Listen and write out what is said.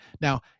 Now